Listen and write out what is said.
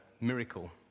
miracle